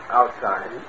outside